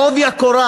היכנס בעובי הקורה.